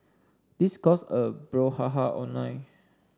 this caused a brouhaha online